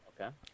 Okay